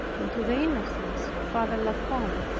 and to the innocence of father la combe,